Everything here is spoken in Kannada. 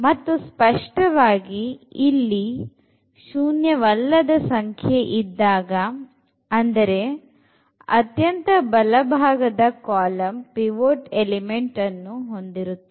ಮತ್ತು ಸ್ಪಷ್ಟವಾಗಿ ಇಲ್ಲಿ ಶೂನ್ಯವಲ್ಲದ ಸಂಖ್ಯೆ ಇದ್ದಾಗ ಅಂದರೆ ಅತ್ಯಂತ ಬಲಭಾಗದ ಕಾಲಂ ಪಿವೊಟ್ ಎಲಿಮೆಂಟ್ ಅನ್ನು ಹೊಂದಿರುತ್ತದೆ